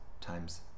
times